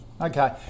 Okay